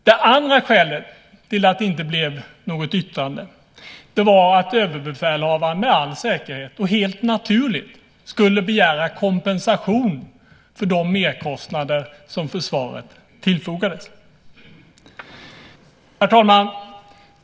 Det andra skälet till att det inte blev något yttrande var att överbefälhavaren med all säkerhet, och helt naturligt, skulle begära kompensation för de merkostnader som försvaret tillfogades. Herr talman!